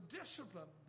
discipline